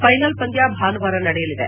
ಥೈನಲ್ ಪಂದ್ಯ ಭಾನುವಾರ ನಡೆಯಲಿದೆ